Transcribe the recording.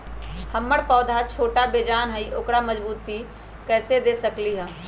हमर पौधा छोटा बेजान हई उकरा मजबूती कैसे दे सकली ह?